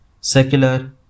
Secular